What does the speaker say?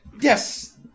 Yes